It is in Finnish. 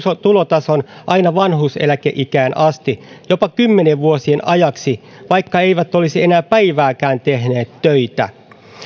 tulotason aina vanhuuseläkeikään asti jopa kymmenien vuosien ajaksi vaikka he eivät olisi enää päivääkään tehneet töitä